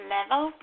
Level